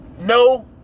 no